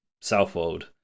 Southwold